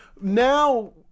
Now